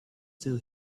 still